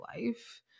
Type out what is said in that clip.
life